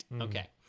Okay